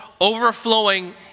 overflowing